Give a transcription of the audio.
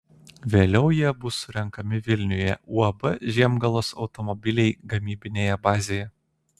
vėliau jie bus surenkami vilniuje uab žiemgalos automobiliai gamybinėje bazėje